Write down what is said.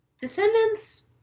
Descendants